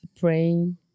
praying